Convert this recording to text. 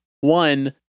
One